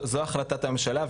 זו החלטת הממשלה.